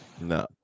No